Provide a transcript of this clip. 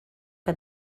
que